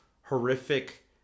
horrific